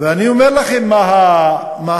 ואני אומר לכם מה